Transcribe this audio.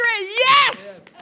Yes